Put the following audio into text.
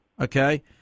okay